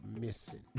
missing